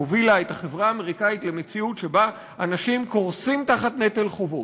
שהובילה את החברה האמריקנית למציאות שבה אנשים קורסים תחת נטל חובות.